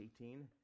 18